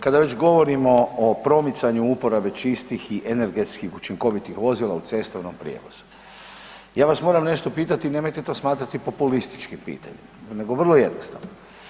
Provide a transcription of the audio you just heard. Kada već govorimo o promicanju uporabe čistih i energetski učinkovitih vozila u cestovnom prijevozu ja vas moram nešto pitati i nemojte to smatrati populističkim pitanjem, nego vrlo jednostavno.